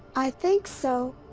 i think so.